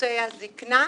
בנושא הזקנה,